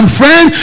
friend